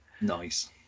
Nice